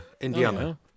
Indiana